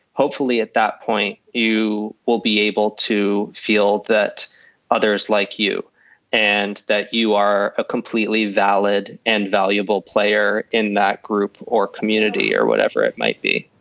hopefully at that point you will be able to feel that others like you and that you are a completely valid and valuable player in that group or community or whatever it might be